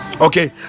okay